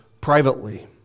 privately